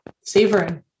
savoring